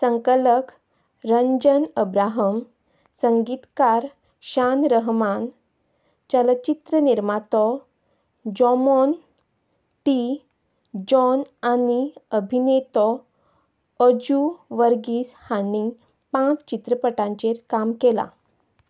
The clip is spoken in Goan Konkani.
संकलक रंजन अब्राहम संगीतकार शान रहमान चलचित्र निर्मातो जॉमॉन टी जॉन आनी अभिनेतो अजू वर्गीस हांणी पांच चित्रपटांचेर काम केलां